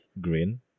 green